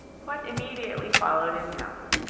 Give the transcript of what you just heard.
what immediately followed is known.